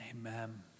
Amen